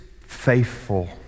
faithful